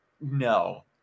No